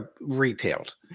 retailed